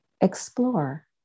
explore